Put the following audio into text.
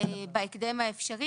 בהקדם האפשרי,